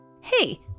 Hey